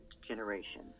generation